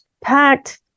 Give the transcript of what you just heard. packed